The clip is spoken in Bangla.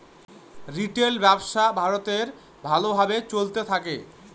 রিটেল ব্যবসা ভারতে ভালো ভাবে চলতে থাকে